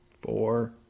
four